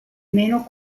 meno